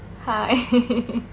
Hi